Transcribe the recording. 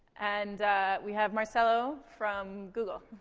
and we have marcelo from google,